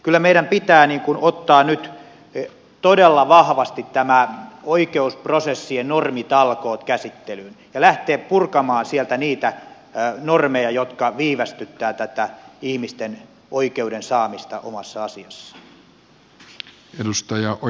kyllä meidän pitää ottaa nyt todella vahvasti nämä oikeusprosessien normitalkoot käsittelyyn ja lähteä purkamaan sieltä niitä normeja jotka viivästyttävät tätä ihmisten oikeuden saamista omassa asiassaan